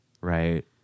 right